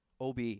OB